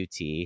UT